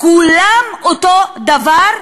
כולם אותו דבר,